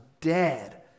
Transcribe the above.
dead